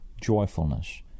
joyfulness